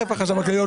החשב הכללי,